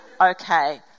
okay